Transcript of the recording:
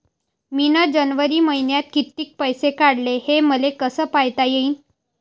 मिन जनवरी मईन्यात कितीक पैसे काढले, हे मले कस पायता येईन?